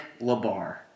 Labar